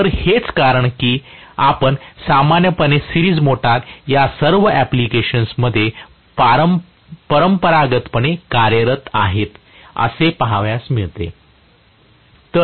तर हेच कारण आहे की आपण सामान्यपणे सिरीज मोटर्स या सर्व अँप्लिकेशनमध्ये परंपरागतपणे कार्यरत आहेत असे पाहावयास मिळते